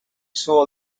saw